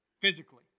physically